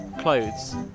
clothes